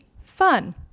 Fun